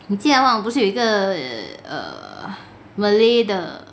你记得吗我不是有一个 err malay 的